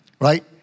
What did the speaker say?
right